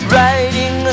Writing